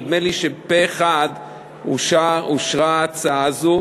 נדמה לי שפה-אחד אושרה ההצעה הזאת,